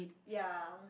ya